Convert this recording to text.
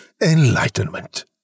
Enlightenment